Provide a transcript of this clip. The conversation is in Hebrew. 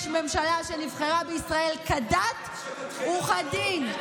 יש ממשלה שנבחרה בישראל כדת וכדין,